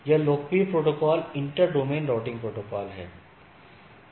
यह लोकप्रिय protocol inter domain routing protocol है